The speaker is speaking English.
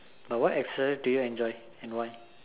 what exercise do you enjoy and why